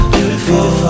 Beautiful